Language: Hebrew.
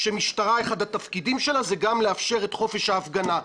שאחד התפקידים של המשטרה זה גם לאפשר את חופש ההפגנה.